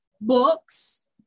books